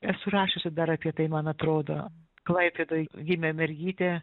esu rašiusi dar apie tai man atrodo klaipėdoj gimė mergytė